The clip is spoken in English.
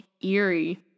eerie